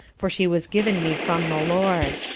for she was given me from the lord.